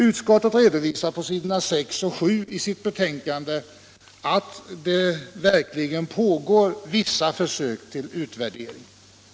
Utskottet redovisar på s. 6-7 i sitt betänkande att det pågår vissa försök till utvärdering.